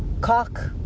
Cock